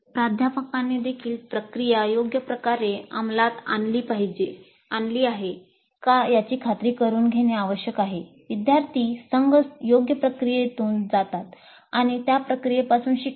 प्राध्यापकांनी देखील प्रक्रिया योग्य प्रकारे अंमलात आणली आहे का याची खात्री करुन घेणे आवश्यक आहे विद्यार्थी संघ योग्य प्रक्रियेतून जातात आणि त्या प्रक्रियेपासून शिकतात